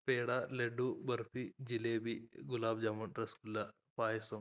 peda laddu barfi jalebi gulab jamun rasgulla പായസം